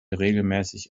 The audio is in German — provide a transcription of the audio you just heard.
regelmäßig